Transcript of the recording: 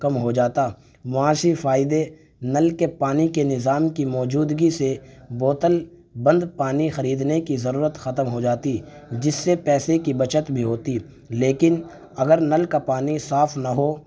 کم ہو جاتا معاشی فائدے نل کے پانی کے نظام کی موجودگی سے بوتل بند پانی خریدنے کی ضرورت ختم ہو جاتی جس سے پیسے کی بچت بھی ہوتی لیکن اگر نل کا پانی صاف نہ ہو